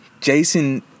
Jason